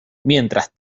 mientras